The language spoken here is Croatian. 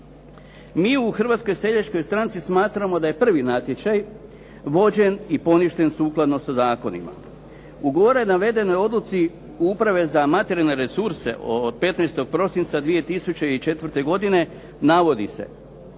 Mi u Hrvatskoj seljačkoj stranci smatramo da je prvi natječaj vođen i poništen sukladno sa zakonima. U gore navedenoj odluci Uprave za materijalne resurse od 15. prosinca 2004. godine navodi se: